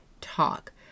talk